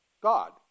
God